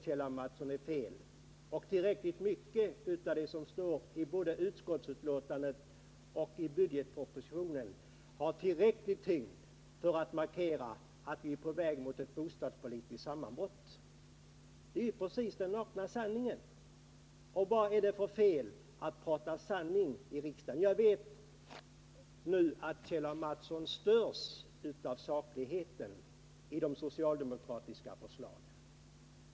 Kjell A. Mattsson, är fel och tillräckligt mycket av det som står i både utskottsbetänkandet och budgetpropositionen har tillräcklig tyngd för att markera att vi är på väg mot ett bostadspolitiskt sammanbrott. Det är den nakna sanningen. Och vad är det för fel att tala sanning i riksdagen? Jag vet nu att Kjell A. Mattsson störs av sakligheten i de socialdemokratiska förslagen.